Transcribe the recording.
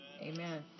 Amen